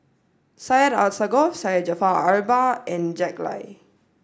Syed Alsagoff Syed Jaafar Albar and Jack Lai